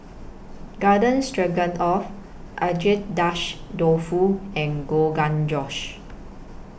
Garden Stroganoff Agedashi Dofu and Rogan Josh